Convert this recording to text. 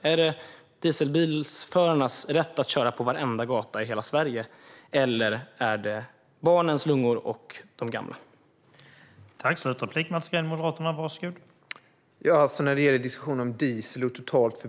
Är det dieselbilsförarnas rätt att köra på varenda gata i hela Sverige, eller är det barnens och de gamlas lungor?